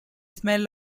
smell